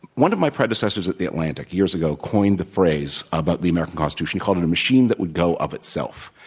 one of my predecessors at the atlantic, years ago, coined the phrase about the american constitution, called it a machine that would go of itself.